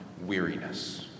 weariness